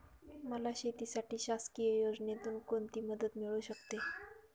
मला शेतीसाठी शासकीय योजनेतून कोणतीमदत मिळू शकते?